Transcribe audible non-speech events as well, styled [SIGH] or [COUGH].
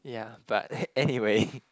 ya but anyway [LAUGHS]